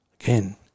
Again